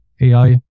AI